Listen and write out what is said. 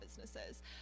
businesses